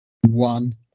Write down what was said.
One